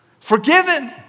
Forgiven